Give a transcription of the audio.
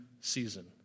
season